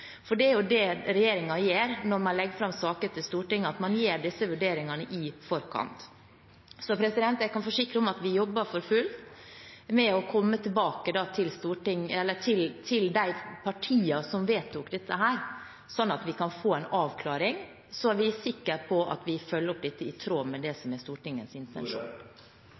for det er jo det regjeringen gjør når man legger fram saker for Stortinget – man gjør disse vurderingene i forkant. Jeg kan forsikre om at vi jobber for fullt med å komme tilbake til Stortinget, til de partiene som vedtok dette, slik at vi kan få en avklaring og være sikre på at vi følger opp dette i tråd med det som er Stortingets intensjon.